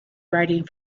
writing